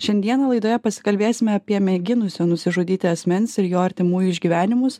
šiandieną laidoje pasikalbėsime apie mėginusio nusižudyti asmens ir jo artimųjų išgyvenimus